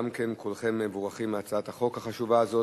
גם כן, כולכם מבורכים על הצעת החוק החשובה הזאת.